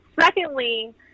Secondly